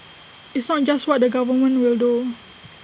it's not just what the government will do